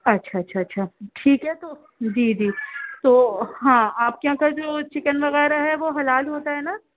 اچھا اچھا اچھا ٹھیک ہے تو جی جی تو ہاں آپ کے یہاں کا جو چکن وغیرہ ہے وہ حلال ہوتا ہے نہ